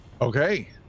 Okay